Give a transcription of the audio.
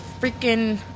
Freaking